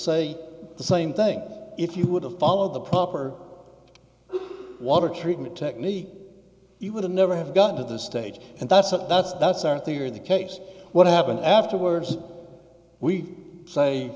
say the same thing if you would have followed the proper water treatment technique you would never have got at this stage and that's what that's that's our theory of the case what happened afterwards we say